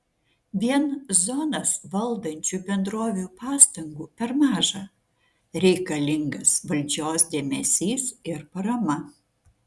vien zonas valdančių bendrovių pastangų per maža reikalingas valdžios dėmesys ir parama